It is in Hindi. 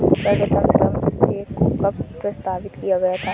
सर्वप्रथम श्रम चेक को कब प्रस्तावित किया गया था?